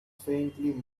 faintly